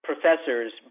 Professors